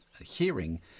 hearing